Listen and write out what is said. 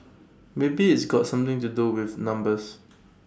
maybe it's got something to do with numbers